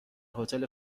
هتل